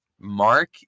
Mark